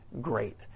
great